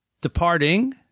departing